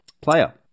Player